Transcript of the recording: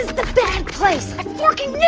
the bad place. i forking yeah